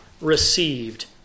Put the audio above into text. received